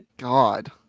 god